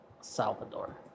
Salvador